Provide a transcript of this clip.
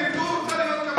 הם לימדו אותך להיות כמוהם.